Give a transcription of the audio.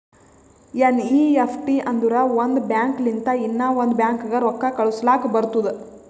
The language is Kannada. ಎನ್.ಈ.ಎಫ್.ಟಿ ಅಂದುರ್ ಒಂದ್ ಬ್ಯಾಂಕ್ ಲಿಂತ ಇನ್ನಾ ಒಂದ್ ಬ್ಯಾಂಕ್ಗ ರೊಕ್ಕಾ ಕಳುಸ್ಲಾಕ್ ಬರ್ತುದ್